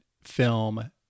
film